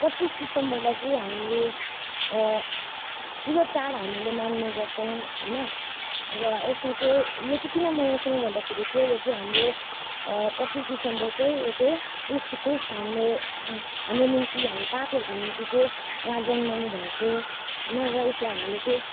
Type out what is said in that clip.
पच्चिस दिसम्बरलाई ख्रिस्ट हामीहरू ठुलो चाड हामीले मान्ने गर्छौँ होइन र यसमा चाहिँ यो चाहिँ किन मनाउँछौँ भन्दाखेरि चाहिँ यो चाहिँ हाम्रो पच्चिस दिसम्बर चाहिँ यो चाहिँ यिसु ख्रिस्ट हाम्रो हाम्रो निम्ति हामी पापीहरूको निम्ति चाहिँ उहाँ जन्मिनुभएको होइन र यसलाई हामीले चाहिँ